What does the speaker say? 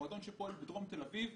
מועדון שפועל בדרום תל אביב,